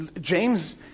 James